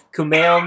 Kumail